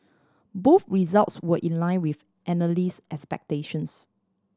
both results were in line with analyst expectations